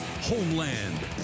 Homeland